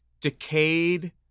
decayed